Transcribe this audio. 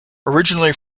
originally